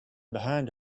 behind